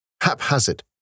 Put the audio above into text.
haphazard